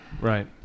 Right